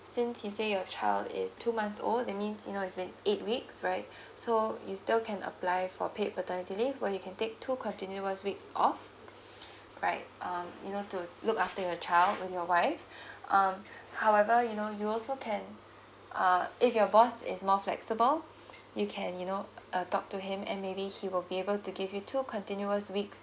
since you say your child is two months old that means you know is been eight weeks right so you still can apply for paid paternity leave where you can take two continuous weeks off right um you know to look after your child with your wife um however you know you also can uh if your boss is more flexible you can you know uh talk to him and maybe he will be able to give you two continuous weeks